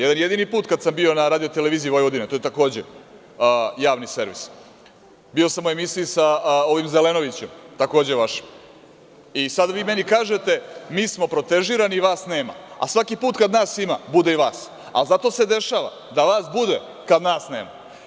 Jedan jedini put kada sam bio na RTV, to je takođe Javni servis, bio sam u emisiji sa Zelenovićem, takođe vašim i sada vi meni kažete da smo protežirani, a da vas nema, a svaki put kad nas ima, bude i vas, ali zato se dešava da vas bude kada nas nema.